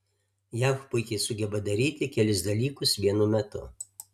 jav puikiai sugeba daryti kelis dalykus vienu metu